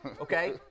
okay